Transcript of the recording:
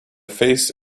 face